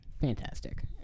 fantastic